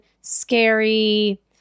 scary